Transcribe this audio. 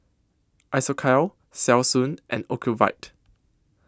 Isocal Selsun and Ocuvite